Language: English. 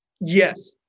Yes